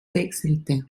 wechselte